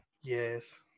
yes